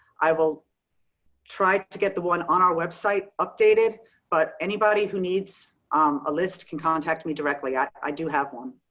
i will try to get the one on our website updated but anybody who needs um a list can contact me directly. i do have one.